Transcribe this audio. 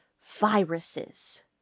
viruses